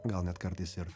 gal net kartais ir